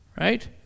Right